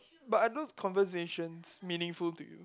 but are those conversations meaningful to you